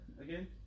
Again